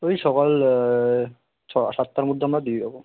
ওই সকাল ছ সাততার মধ্যে আমরা দিয়ে দেবো